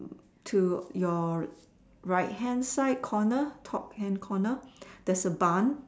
to your right hand side corner top hand corner there's a bun